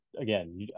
again